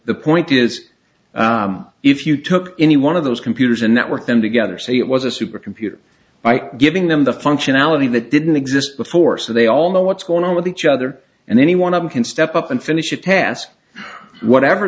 the point is if you took any one of those computers and network them together so it was a supercomputer by giving them the functionality that didn't exist before so they all know what's going on with each other and anyone can step up and finish a task whatever